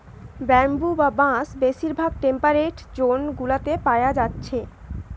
bamboo বা বাঁশ বেশিরভাগ টেম্পেরেট জোন গুলাতে পায়া যাচ্ছে